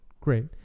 Great